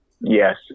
Yes